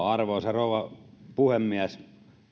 arvoisa rouva puhemies